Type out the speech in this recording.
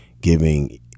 giving